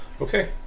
Okay